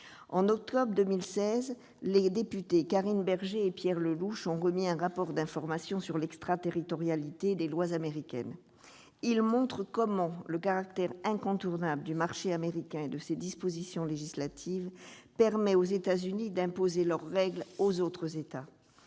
En octobre 2016, les députés Karine Berger et Pierre Lellouche ont publié un rapport d'information sur l'extraterritorialité des lois américaines. Ce rapport montre comment le caractère incontournable du marché américain et de ses dispositions législatives permet aux États-Unis d'imposer leurs règles aux autres États.